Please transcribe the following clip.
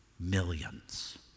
millions